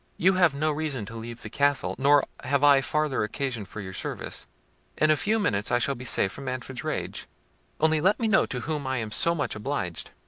you have no reason to leave the castle, nor have i farther occasion for your service in a few minutes i shall be safe from manfred's rage only let me know to whom i am so much obliged.